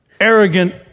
arrogant